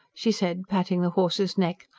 she sad, patting the horse's neck.